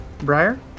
Briar